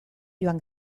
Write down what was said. joan